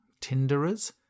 Tinderers